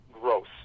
gross